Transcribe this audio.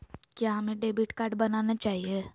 क्या हमें debit card बनाना चाहिए?